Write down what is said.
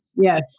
Yes